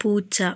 പൂച്ച